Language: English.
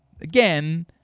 again